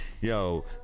Yo